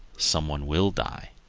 some one will die.